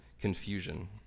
confusion